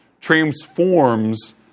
transforms